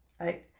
right